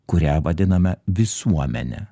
kurią vadiname visuomene